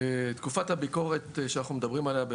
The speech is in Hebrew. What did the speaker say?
תקופת הביקורת שאנחנו מדברים עליה היא